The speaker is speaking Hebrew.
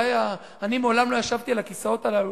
אני מעולם לא ישבתי על הכיסאות הללו.